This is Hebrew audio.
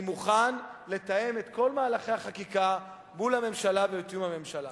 אני מוכן לתאם את כל מהלכי החקיקה מול הממשלה ובתיאום עם הממשלה.